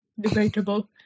Debatable